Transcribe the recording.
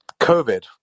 COVID